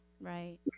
Right